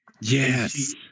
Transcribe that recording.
Yes